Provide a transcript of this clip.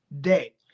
day